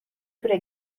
تور